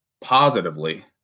positively